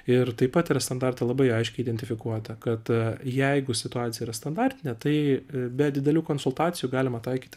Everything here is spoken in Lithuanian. ir taip pat yra standarte labai aiškiai identifikuota kad jeigu situacija yra standartinė tai be didelių konsultacijų galima taikyti